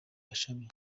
bashabe